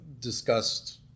discussed